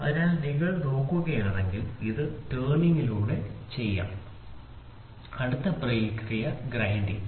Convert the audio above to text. അതിനാൽ നിങ്ങൾ നോക്കുകയാണെങ്കിൽ ഇത് ടർനിങിലൂടെ ചെയ്യാം ഇത് തിരിക്കുന്നതിലൂടെ ചെയ്യാം അടുത്ത പ്രക്രിയ ഗ്രൈൻഡിംഗ്